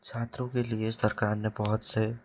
छात्रों के लिए सर कार ने बहुत से